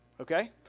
Okay